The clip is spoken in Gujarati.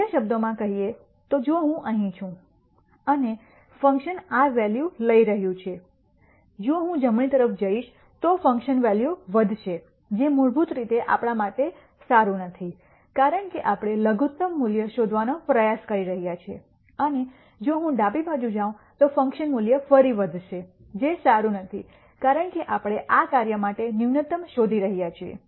બીજા શબ્દોમાં કહીએ તો જો હું અહીં છું અને ફંક્શન આ વેલ્યુ લઈ રહ્યું છે જો હું જમણી તરફ જઈશ તો ફંકશન વેલ્યુ વધશે જે મૂળભૂત રીતે આપણા માટે સારું નથી કારણ કે આપણે લઘુત્તમ મૂલ્ય શોધવાનો પ્રયાસ કરી રહ્યા છીએ અને જો હું ડાબી બાજુ જાવ તો ફંકશન મૂલ્ય ફરી વધશે જે સારું નથી કારણ કે આપણે આ કાર્ય માટે ન્યૂનતમ શોધી રહ્યા છીએ